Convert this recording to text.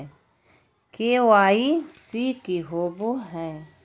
KYC की होबो है?